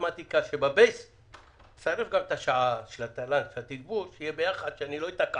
התגבור של התל"ן תהיה ביחד כדי שהוא לא יתקע